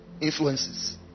influences